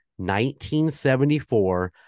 1974